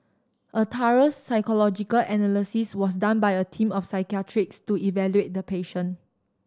a thorough psychological analysis was done by a team of psychiatrists to evaluate the patient